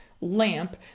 lamp